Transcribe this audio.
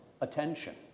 attention